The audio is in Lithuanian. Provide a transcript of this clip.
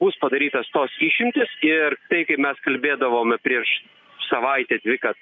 bus padarytas tos išimtys ir tai kaip mes kalbėdavome prieš savaitę dvi kad